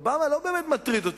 אובמה לא באמת מטריד אותו.